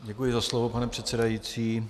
Děkuji za slovo, pane předsedající.